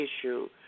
issue